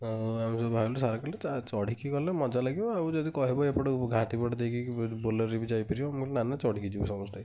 ଆଉ ଆମେ ସବୁ ଭାବିଲୁ ସାର୍ କହିଲେ ଚଢ଼ିକି ଗଲେ ମଜା ଲାଗିବ ଆଉ ଯଦି କହିବ ଏପଟୁ ଘାଟି ପଟେ ଦେଇକି ବୋଲରରେ ବି ଯାଇପାରିବ ମୁଁ କହିଲି ନା ନା ଚଢ଼ିକି ଯିବୁ ସମସ୍ତେ